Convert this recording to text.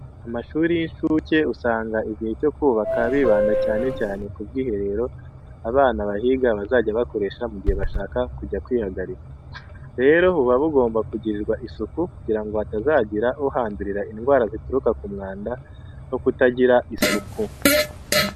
Amashuri y'incuke usanga mu gihe cyo kuyubaka bibanda cyane cyane ku bwiherero abana bahiga bazajya bakoresha mu gihe bashaka kujya kwihagarika. Rero, buba bugomba kugirirwa isuku kugira ngo hatazagira uhandurira indwara zituruka ku mwanda no kutagira isuku.